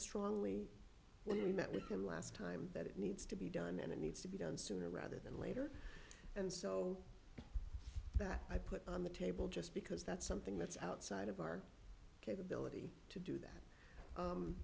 we met with him last time that it needs to be done and it needs to be done sooner rather than later and so that i put on the table just because that's something that's outside of our capability to do that